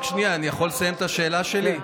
רק שנייה, אני יכול לסיים את השאלה שלי?